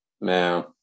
man